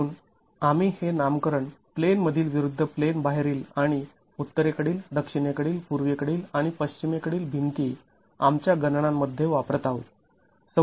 म्हणून आम्ही हे नामकरण प्लेन मधील विरुद्ध प्लेन बाहेरील आणि उत्तरेकडील दक्षिणेकडील पूर्वेकडील आणि पश्चिमेकडील भिंती आमच्या गणनांमध्ये वापरत आहोत